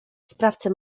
sprawcy